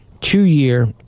two-year